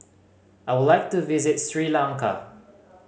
I would like to visit Sri Lanka